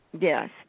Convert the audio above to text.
Yes